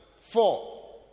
four